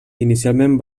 inicialment